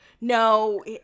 No